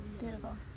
Beautiful